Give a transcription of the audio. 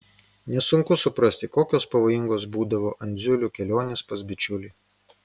nesunku suprasti kokios pavojingos būdavo andziulių kelionės pas bičiulį